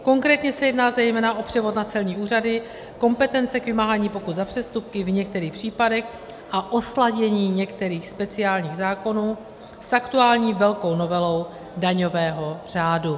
Konkrétně se jedná zejména o převod na celní úřady, kompetence k vymáhání pokut za přestupky v některých případech a o sladění některých speciálních zákonů s aktuální velkou novelou daňového řádu.